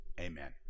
amen